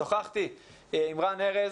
שוחחתי עם רן ארז